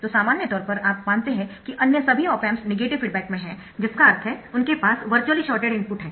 तो सामान्य तौर पर आप मानते है कि अन्य सभी ऑप एम्प्स नेगेटिव फीडबैक में है जिसका अर्थ है उनके पास वर्चुअली शॉर्टेड इनपुट है